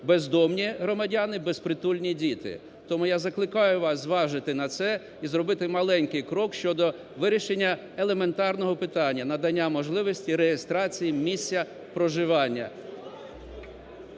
бездомні громадяни, безпритульні діти. Тому я закликаю вас зважити на це і зробити маленький крок щодо вирішення елементарного питання: надання можливості реєстрацій місця проживання.